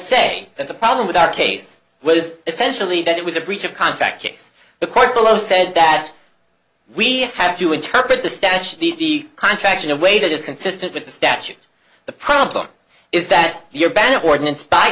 say that the problem with our case was essentially that it was a breach of contract case the court below said that we have to interpret the statute the contract in a way that is consistent with the statute the problem is that your ban ordinance by